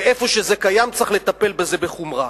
ואיפה שזה קיים צריך לטפל בזה בחומרה.